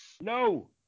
No